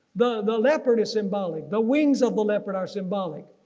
the the leopard is symbolic. the wings of the leopard are symbolic.